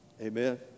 Amen